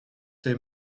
fait